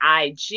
IG